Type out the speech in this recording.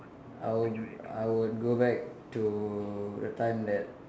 I would I would go back to the time that